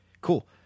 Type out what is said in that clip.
cool